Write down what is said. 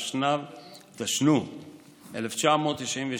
התשנ"ו 1996,